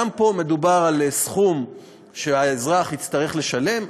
גם פה מדובר על סכום שהאזרח יצטרך לשלם,